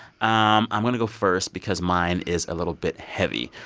um i'm going to go first because mine is a little bit heavy.